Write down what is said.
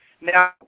Now